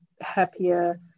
happier